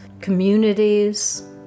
communities